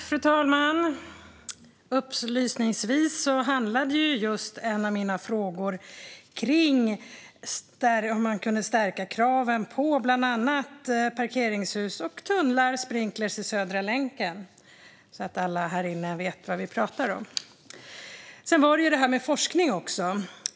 Fru talman! Upplysningsvis - så att alla här inne vet vad vi pratar om - handlade en av mina frågor om huruvida man kunde stärka kraven på bland annat parkeringshus och tunnlar och om sprinkler i Södra länken. Sedan var det ju det här med forskning också.